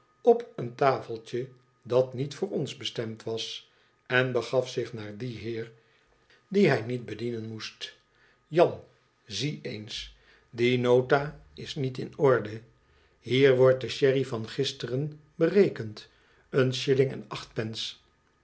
op een tafeltje dat niet voor ons bestemd was en begaf zich naar dien heer dien hij niet bedienen moest jan zie eens die nota is niet in orde hier wordt de sherry van gisteren berekend een shilling en acht pence